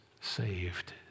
saved